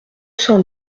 cent